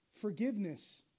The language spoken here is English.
Forgiveness